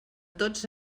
tots